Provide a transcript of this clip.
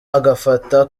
agafata